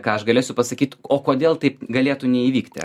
ką aš galėsiu pasakyt o kodėl taip galėtų neįvykti